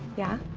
yeah?